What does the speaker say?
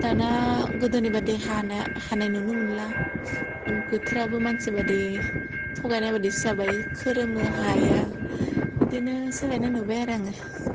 दाना गोदोनि बायदि हानाय नुनो मोनला बोथोराबो मान्सि बायदि थगायनाय बायदिसो जाबाय खोरोमो हाया बिदिनो सोलायनाय नुबाय आरो आंङो